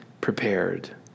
prepared